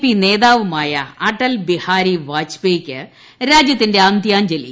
P നേതാവുമായ അടൽ ബിഹാരി വാജ്പേയിയ്ക്ക് രാജ്യത്തിന്റെ അന്ത്യാഞ്ജലി